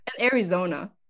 Arizona